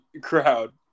crowd